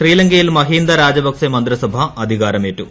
ശ്രീലങ്കയിൽ മഹിന്ദ രാജപക്സെ മന്ത്രിസഭ അധികാരമേറ്റു